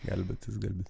gelbėtis gali